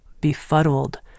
befuddled